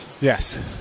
Yes